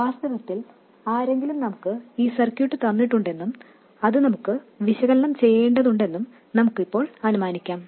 വാസ്തവത്തിൽ ആരെങ്കിലും നമുക്ക് ഈ സർക്യൂട്ട് തന്നിട്ടുണ്ടെന്നും അത് നമുക്ക് വിശകലനം ചെയ്യേണ്ടതുണ്ടെന്നും നമുക്ക് ഇപ്പോൾ അനുമാനിക്കാം